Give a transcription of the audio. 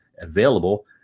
available